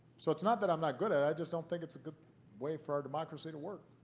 so it's not that i'm not good at it. i just don't think it's a good way for our democracy to work.